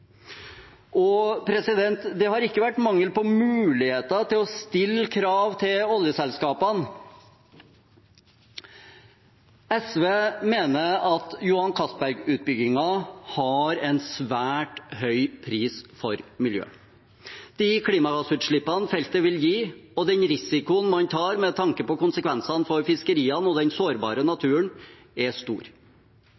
Det har ikke vært mangel på muligheter til å stille krav til oljeselskapene. SV mener at Johan Castberg-utbyggingen har en svært høy pris for miljøet. De klimagassutslippene feltet vil gi, og den risikoen man tar med tanke på konsekvensene for fiskeriene og den sårbare